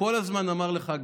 שכל הזמן אמר לך,